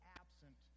absent